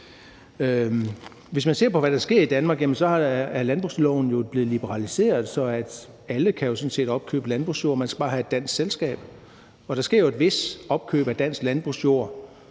Hvis man ser på, hvad der sker i Danmark, er landbrugsloven jo blevet liberaliseret, så alle jo sådan set kan opkøbe landbrugsjord, man skal bare have et dansk selskab, og der sker jo et vist opkøb af dansk landbrugsjord.